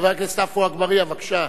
חבר הכנסת עפו אגבאריה, בבקשה.